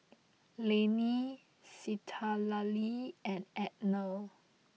Lainey Citlalli and Ednah